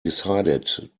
decided